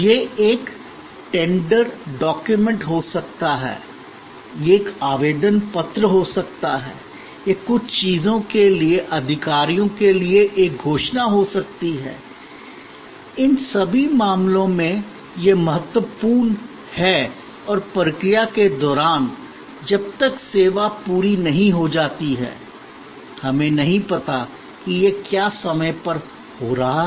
यह एक निविदा दस्तावेज हो सकता है यह एक आवेदन पत्र हो सकता है यह कुछ चीजों के लिए अधिकारियों के लिए एक घोषणा हो सकती है इन सभी मामलों में यह महत्वपूर्ण है और प्रक्रिया के दौरान जब तक सेवा पूरी नहीं हो जाती है हमें नहीं पता कि यह क्या समय पर हो रहा है